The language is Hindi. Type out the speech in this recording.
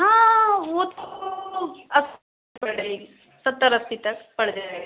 हाँ वो तो पड़े सत्तर अस्सी तक पड़ जाएगी